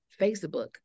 Facebook